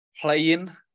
playing